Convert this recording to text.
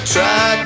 Try